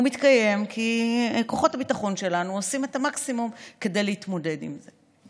הוא מתקיים כי כוחות הביטחון שלנו עושים את המקסימום כדי להתמודד עם זה.